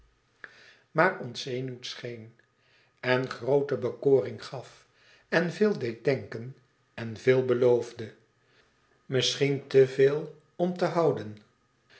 maar ontzenuwd scheen en groote bekoring gaf en veel deed denken en veel beloofde misschien te veel om te houden